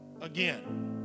again